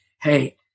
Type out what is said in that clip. hey